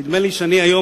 נדמה לי שאני היום,